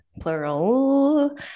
plural